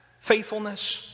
faithfulness